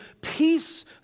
peace